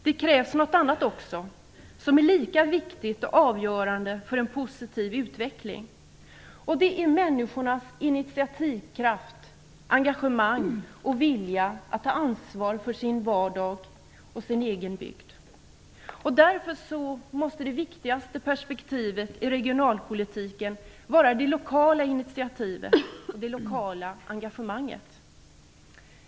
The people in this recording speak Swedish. Det krävs något annat också som är lika viktigt och avgörande för en positiv utveckling. Det är människornas initiativkraft, engagemang och vilja att ta ansvar för sin egen vardag och sin egen bygd. Därför måste det viktigaste perspektivet i regionalpolitiken vara det lokala initiativet och engagemanget.